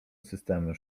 systemem